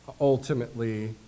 ultimately